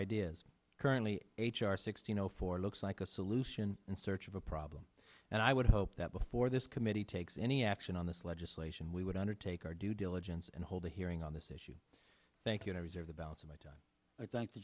ideas currently h r sixteen zero four looks like a solution in search of a problem and i would hope that before this committee takes any action on this legislation we would undertake our due diligence and hold a hearing on this issue thank you to reserve the balance of my time i thank the